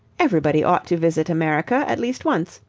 everybody ought to visit america at least once.